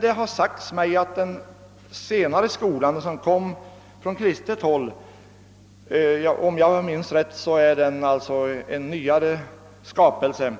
Det har sagts mig att den skola som startats från kristet håll — om jag minns rätt är den en nyare skapelse än